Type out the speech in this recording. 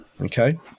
okay